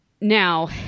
Now